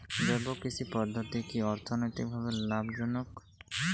জৈব কৃষি পদ্ধতি কি অর্থনৈতিকভাবে লাভজনক?